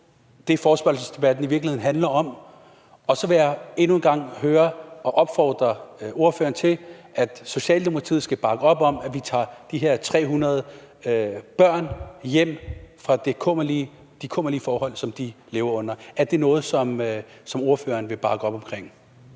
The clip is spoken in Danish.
det, forespørgselsdebatten i virkeligheden handler om, og så vil jeg endnu en gang opfordre ordføreren til, at Socialdemokratiet skal bakke op om, at vi tager de her 300 børn hjem fra de kummerlige forhold, som de lever under, og jeg vil høre: Er det noget, som ordføreren vil bakke op om?